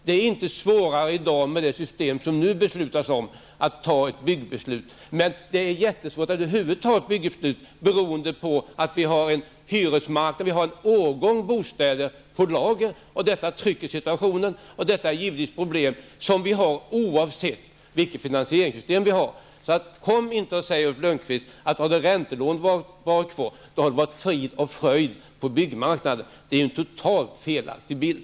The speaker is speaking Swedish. Det är inte svårare i dag, med det system som vi nu skall ta ställning till, att fatta ett byggbeslut, men det är jättesvårt att över huvud taget fatta byggbeslut, beroende på att vi på hyresmarknaden har en årgång bostäder på lager. Detta trycker situationen och skapar givetvis problem oavsett vilket finansieringssystem som finns. Så kom inte och säg, Ulf Lönnqvist, att hade räntelånesystemet varit kvar, då hade det varit frid och fröjd på byggmarknaden. Det är en totalt felaktig bild.